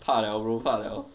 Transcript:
怕 liao lor 怕 liao lor